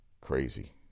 Crazy